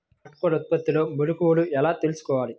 నాటుకోళ్ల ఉత్పత్తిలో మెలుకువలు ఎలా తెలుసుకోవాలి?